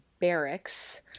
barracks